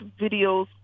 videos